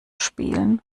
spielen